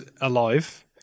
alive